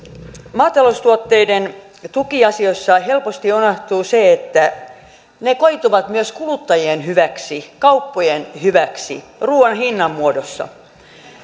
maataloustuotteiden tukiasioissa helposti unohtuu se että ne koituvat myös kuluttajien hyväksi kauppojen hyväksi ruuan hinnan muodossa